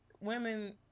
Women